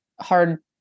hard